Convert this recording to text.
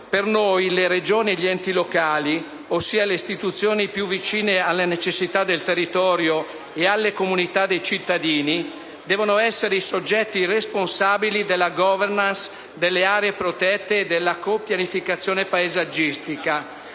Per noi le Regioni e gli enti locali, ossia le istituzioni più vicine alle necessità del territorio e alle comunità dei cittadini, devono essere i soggetti responsabili della *governance* delle aree protette e della co-pianificazione paesaggistica,